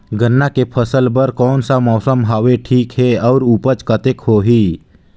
गन्ना के फसल बर कोन सा मौसम हवे ठीक हे अउर ऊपज कतेक होही?